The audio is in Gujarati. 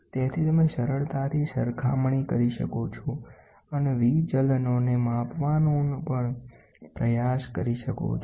તેથી તમે સરળતાથી સરખામણી કરી શકો છો અને વિચલનોને માપવાનો પણ પ્રયાસ કરી શકો છો